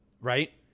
Right